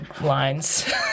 lines